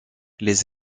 les